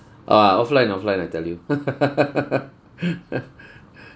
ah offline offline I tell you